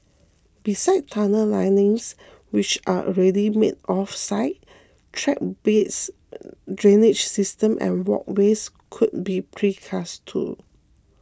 besides tunnel linings which are already made off site track beds drainage systems and walkways could be precast too